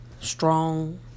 Strong